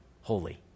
holy